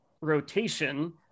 rotation